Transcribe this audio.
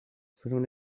fueron